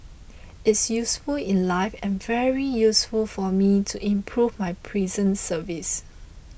it's useful in life and very useful for me to improve my prison service